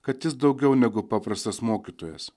kad jis daugiau negu paprastas mokytojas